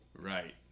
right